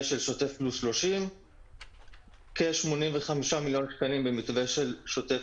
של שוטף פלוס 30. כ-85 מיליון שקלים במתווה של שוטף